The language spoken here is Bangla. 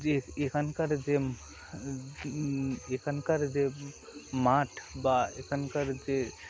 যে এখানকার যে এখানকার যে মাঠ বা এখানকার যে